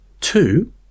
Two